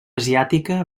asiàtica